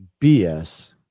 bs